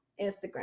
Instagram